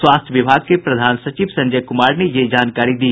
स्वास्थ्य विभाग के प्रधान सचिव संजय कुमार ने ये जानकारी दी